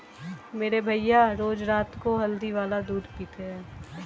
मेरे भैया रोज रात को हल्दी वाला दूध पीते हैं